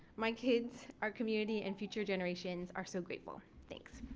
my kids our community and future generations are so grateful. thanks.